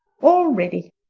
all ready,